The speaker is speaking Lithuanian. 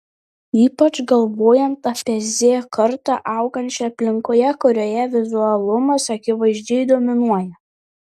ypač galvojant apie z kartą augančią aplinkoje kurioje vizualumas akivaizdžiai dominuoja